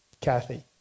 Kathy